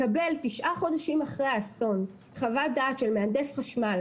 לקבל תשעה חודשים אחרי האסון חוות דעת של מהנדס חשמל,